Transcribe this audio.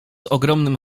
ogromnym